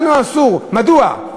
לנו אסור, מדוע?